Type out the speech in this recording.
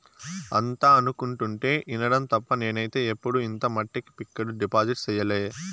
అంతా అనుకుంటుంటే ఇనడం తప్ప నేనైతే ఎప్పుడు ఇంత మట్టికి ఫిక్కడు డిపాజిట్ సెయ్యలే